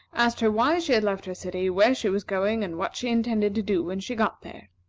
asked her why she had left her city, where she was going, and what she intended to do when she got there.